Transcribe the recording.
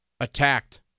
attacked